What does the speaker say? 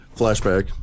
flashback